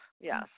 Yes